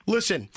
Listen